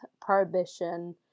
prohibition